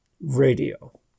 radio